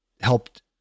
helped